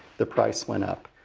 the price went up.